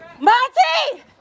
Monty